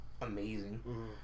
amazing